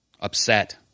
upset